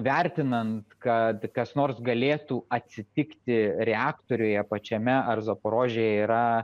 vertinant kad kas nors galėtų atsitikti reaktoriuje pačiame ar zaporožėje yra